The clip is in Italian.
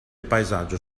paesaggio